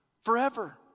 forever